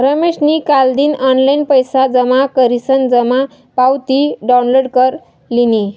रमेशनी कालदिन ऑनलाईन पैसा जमा करीसन जमा पावती डाउनलोड कर लिनी